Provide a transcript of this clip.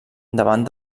davant